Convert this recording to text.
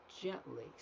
gently